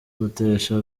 gutesha